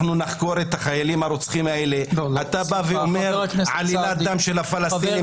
נחקור את החיילים הרוצחים האלה - אתה אומר: עלילת דם של הפלסטינים?